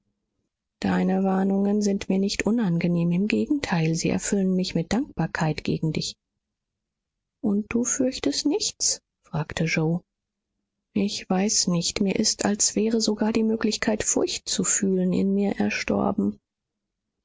deine warnungen sind mir nicht unangenehm im gegenteil sie erfüllen mich mit dankbarkeit gegen dich und du fürchtest nichts fragte yoe ich weiß nicht mir ist als wäre sogar die möglichkeit furcht zu fühlen in mir erstorben